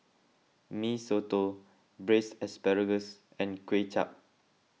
Mee Soto Braised Asparagus and Kway Chap